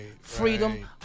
freedom